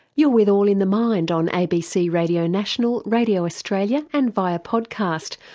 you're with all in the mind on abc radio national, radio australia and via podcast,